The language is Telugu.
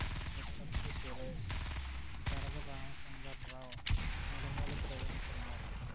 విప్పత్తి సురేష్ గరగ రాంచందర్ రావ్ మిడిమూల ప్రవీణ్ కుమార్